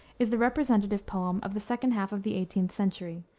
is the representative poem of the second half of the eighteenth century,